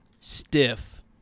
stiff